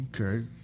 Okay